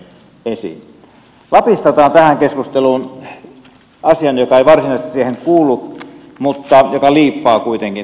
lapista otan tähän keskusteluun asian joka ei varsinaisesti siihen kuulu mutta joka liippaa kuitenkin tätä